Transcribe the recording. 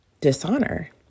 dishonor